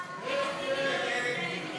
יואל חסון,